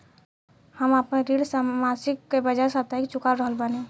हम आपन ऋण मासिक के बजाय साप्ताहिक चुका रहल बानी